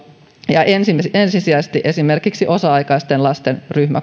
ja ensisijaisesti esimerkiksi osa aikaisten lasten